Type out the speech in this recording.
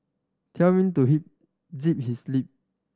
tell him to zip his lip